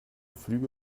flüge